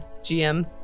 GM